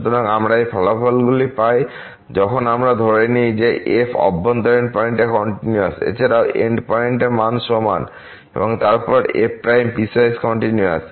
সুতরাং আমরা এই ফলাফলগুলি পাই যখন আমরা ধরে নিই যে f অভ্যন্তরীণ পয়েন্টে কন্টিনিউয়াস এছাড়াও এন্ড পয়েন্টে মান সমান এবং তারপর f পিসওয়াইস কন্টিনিউয়াস